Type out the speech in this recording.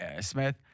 Smith